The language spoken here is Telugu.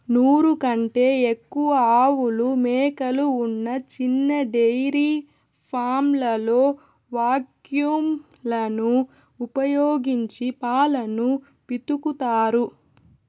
నూరు కంటే ఎక్కువ ఆవులు, మేకలు ఉన్న చిన్న డెయిరీ ఫామ్లలో వాక్యూమ్ లను ఉపయోగించి పాలను పితుకుతారు